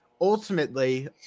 ultimately